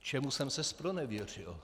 Čemu jsem se zpronevěřil?